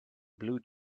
blue